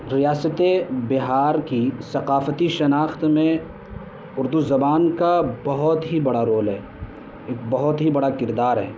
ریاستِ بہار کی ثقافتی شناخت میں اردو زبان کا بہت ہی بڑا رول ہے ایک بہت ہی بڑا کردار ہے